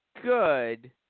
good